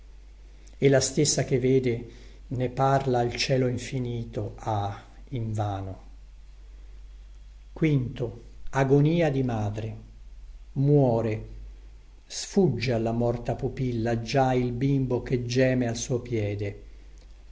e la stella che vede ne parla al cielo infinito ah in vano muore sfugge alla morta pupilla già il bimbo che geme al suo piede